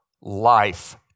life